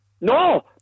No